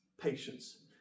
patience